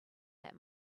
that